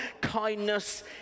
Kindness